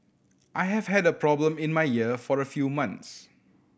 I have had a problem in my ear for a few months